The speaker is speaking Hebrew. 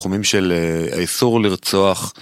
תחומים של האיסור לרצוח